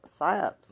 psyops